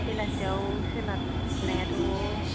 बेलासेआव सोलाबनायाथ'